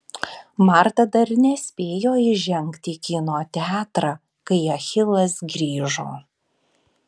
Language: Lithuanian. marta dar nespėjo įžengti į kino teatrą kai achilas grįžo